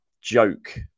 joke